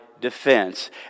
defense